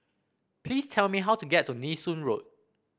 please tell me how to get to Nee Soon Road